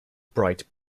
bright